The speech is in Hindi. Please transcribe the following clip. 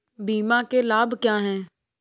बीमा के लाभ क्या हैं?